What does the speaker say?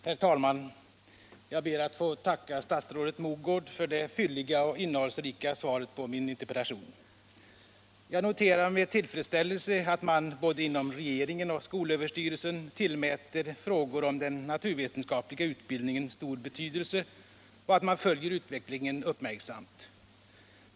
Herr talman! Jag ber att få tacka statsrådet Mogård för det fylliga och innehållsrika svaret på min interpellation. Jag noterar med tillfredsställelse att man inom både regeringen och skolöverstyrelsen tillmäter frågor om den naturvetenskapliga utbildningen stor betydelse och att man följer utvecklingen uppmärksamt.